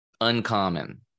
uncommon